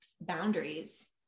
boundaries